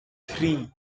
three